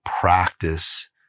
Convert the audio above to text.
practice